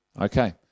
Okay